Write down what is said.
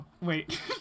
Wait